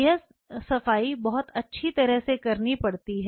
यह सफाई बहुत अच्छी तरह से करनी पड़ती है